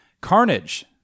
Carnage